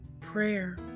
prayer